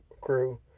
crew